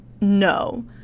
no